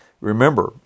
remember